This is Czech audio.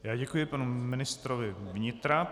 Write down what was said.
Já děkuji panu ministrovi vnitra.